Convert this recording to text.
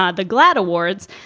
ah the gladd awards.